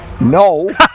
no